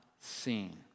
seen